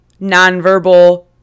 nonverbal